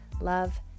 love